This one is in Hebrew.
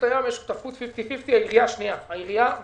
יש שותפות חצי חצי העירייה והחברה,